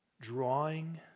drawing